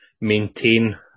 maintain